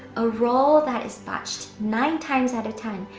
a role that is botched nine times out of ten,